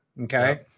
Okay